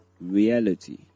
reality